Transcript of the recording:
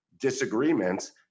disagreements